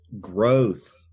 growth